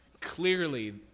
Clearly